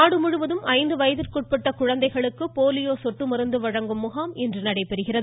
polio நாடு முழுவதும் ஐந்து வயதிற்குட்பட்ட குழந்தைகளுக்கு போலியோ சொட்டு மருந்து வழங்கும் முகாம் இன்று நடைபெறுகிறது